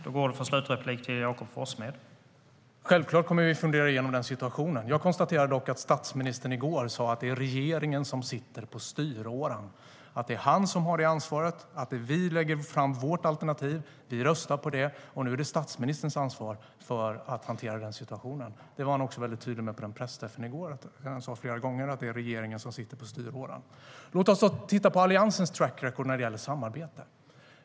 Herr talman! Självklart kommer vi att fundera igenom situationen. Jag konstaterar dock att statsministern sa i går att det är regeringen som sitter på styråran och att han har ansvaret. Låt oss då titta på Alliansens track record när det gäller samarbete.